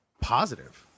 positive